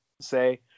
say